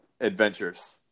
adventures